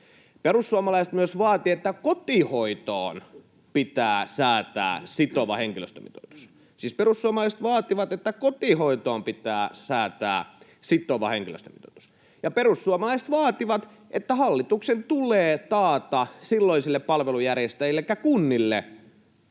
Perussuomalaiset myös vaativat, että kotihoitoon pitää säätää sitova henkilöstömitoitus — siis perussuomalaiset vaativat, että kotihoitoon pitää säätää sitova henkilöstömitoitus — ja perussuomalaiset vaativat, että hallituksen tulee taata silloisille palvelujärjestäjille elikkä kunnille